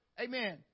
amen